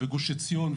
בגוש עציון,